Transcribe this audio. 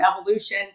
evolution